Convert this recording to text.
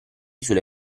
sulle